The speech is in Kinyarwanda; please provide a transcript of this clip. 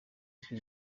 ijwi